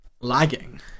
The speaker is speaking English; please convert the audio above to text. lagging